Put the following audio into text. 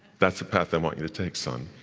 that's the path i want you to take son,